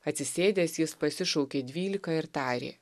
atsisėdęs jis pasišaukė dvylika ir tarė